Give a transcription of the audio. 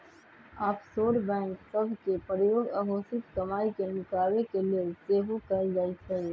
offshore bank सभ के प्रयोग अघोषित कमाई के नुकाबे के लेल सेहो कएल जाइ छइ